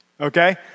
okay